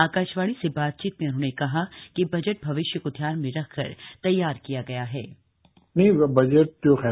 आकाशवाणी से बातचीत में उन्होंने कहा कि बजट भविष्य को ध्यान में रखकर तैयार किया गया है